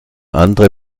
andere